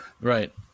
right